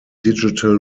digital